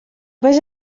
vés